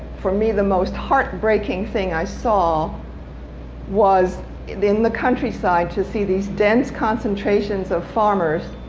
for me, the most heartbreaking thing i saw was in the countryside to see these dense concentrations of farmers